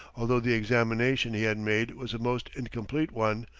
although the examination he had made was a most incomplete one,